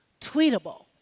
tweetable